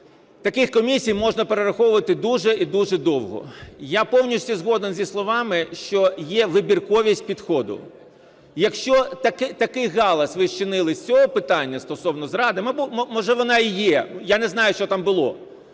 Таких комісій можна перераховувати дуже і дуже довго. Я повністю згоден зі словами, що є вибірковість підходу. Якщо такий галас ви зчинили з цього питання стосовно зради. Може, вона і є, я не знаю, що там було.